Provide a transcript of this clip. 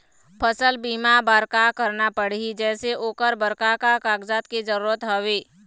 फसल बीमा बार का करना पड़ही जैसे ओकर बर का का कागजात के जरूरत हवे?